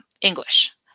English